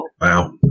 wow